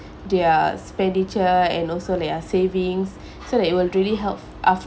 their expenditure and also their savings so that it will really help